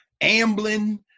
ambling